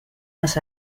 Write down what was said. must